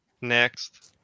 Next